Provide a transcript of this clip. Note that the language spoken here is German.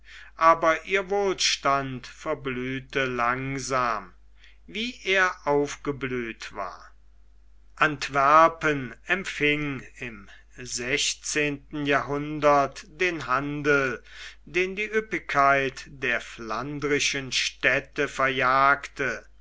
aber ihr wohlstand verblühte langsam wie er aufgeblüht war antwerpen empfing im sechzehnten jahrhundert den handel den die ueppigkeit der flandrischen städte verjagte